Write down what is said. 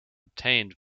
obtained